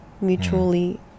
Mutually